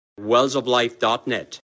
wellsoflife.net